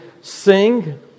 sing